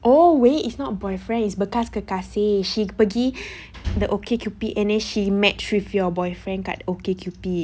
oh wait it's not boyfriend it's bekas kekasih dia pergi the okcupid and then she match with your boyfriend dekat okcupid